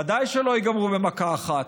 ודאי שלא ייגמרו במכה אחת.